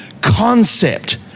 concept